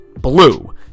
BLUE